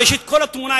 ויש לי כל התמונה,